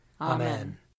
Amen